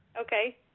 Okay